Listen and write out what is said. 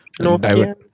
Nokia